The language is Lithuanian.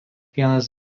vienas